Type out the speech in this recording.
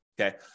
okay